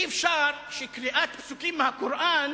אי-אפשר שקריאת פסוקים מהקוראן